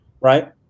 right